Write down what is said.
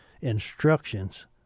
instructions